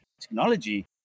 technology